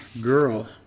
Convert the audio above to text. girl